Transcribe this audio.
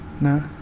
No